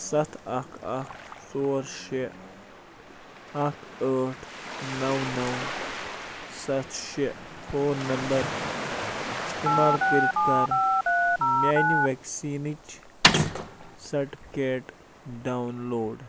سَتھ اَکھ اَکھ ژور شےٚ اَکھ ٲٹھ نَو نَو سَتھ شےٚ فون نمبر استعمال کٔرِتھ کر میٛانہِ ویکسیٖنٕچ سرٹِفکیٹ ڈاوُن لوڈ